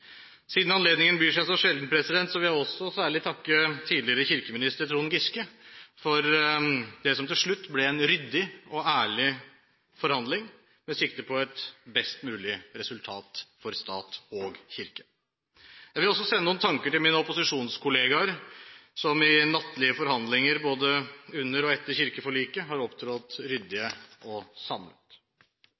Siden anledningen byr seg så sjelden, vil jeg også særlig takke tidligere kirkeminister Trond Giske for det som til slutt ble en ryddig og ærlig forhandling, med sikte på et best mulig resultat for stat og kirke. Jeg vil også sende noen tanker til mine opposisjonskollegaer, som i nattlige forhandlinger, både under og etter kirkeforliket, har opptrådt ryddig og samlet.